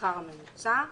בשכר הממוצע.